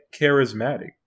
charismatic